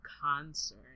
concert